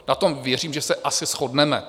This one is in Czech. Na tom, věřím, že se asi shodneme.